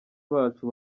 bacu